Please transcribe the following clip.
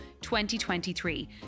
2023